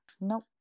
Nope